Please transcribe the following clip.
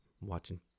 watching